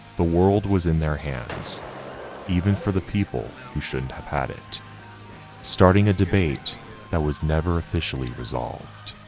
the world was in their hands even for the people who shouldn't have had it starting a debate that was never officially resolved.